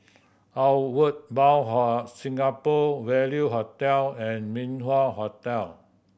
Outward Bound Singapore Value Hotel and Min Wah Hotel